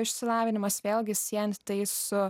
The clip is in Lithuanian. išsilavinimas vėlgi siejant tai su